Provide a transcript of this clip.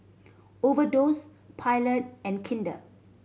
Overdose Pilot and Kinder